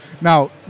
Now